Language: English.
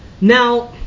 Now